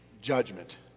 judgment